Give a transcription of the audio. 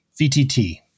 VTT